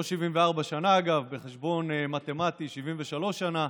לא 74 שנה, אגב, בחשבון מתמטי זה 73 שנה,